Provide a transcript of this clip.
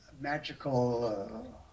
magical